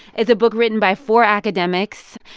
it's a book written by four academics.